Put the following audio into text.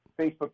Facebook